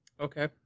Okay